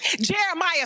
jeremiah